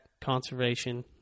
conservation